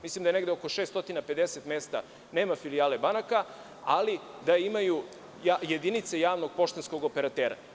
Mislim da je negde oko 650 mesta nema filijale banaka, ali da imaju jedinice javnog poštanskog operatera.